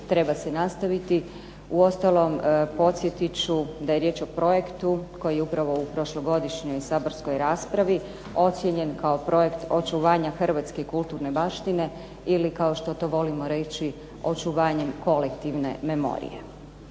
treba se nastaviti. Uostalom podsjetit ću da je riječ o projektu koji je upravo u prošlogodišnjoj saborskoj raspravi ocijenjen kao projekt očuvanja hrvatske kulturne baštine ili kao što to volimo reći očuvanjem kolektivne memorije.